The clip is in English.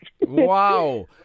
Wow